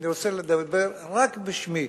אני רוצה לדבר רק בשמי.